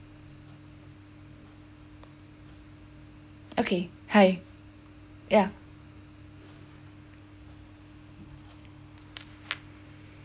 okay hi yeah